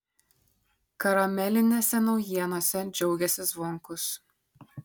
karamelinėse naujienose džiaugėsi zvonkus